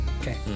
Okay